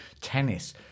tennis